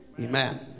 Amen